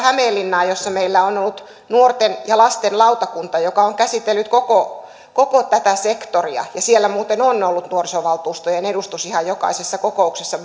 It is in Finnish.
hämeenlinnaa missä meillä on ollut nuorten ja lasten lautakunta joka on käsitellyt koko koko tätä sektoria ja siellä muuten on ollut nuorisovaltuustojen edustus ihan jokaisessa kokouksessa